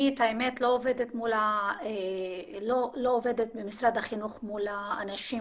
האמת, אני לא עובדת במשרד החינוך מול האנשים